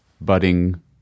budding